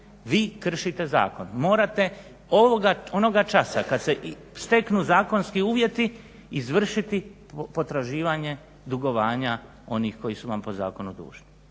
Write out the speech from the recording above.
vi kršite zakon. Morate onoga časa kad se steknu zakonski uvjeti izvršiti potraživanje dugovanja onih koji su vam po zakonu dužni.